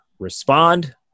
respond